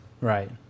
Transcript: Right